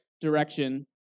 direction